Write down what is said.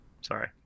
Sorry